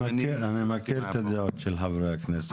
אני מכיר את הדעות של חברי הכנסת.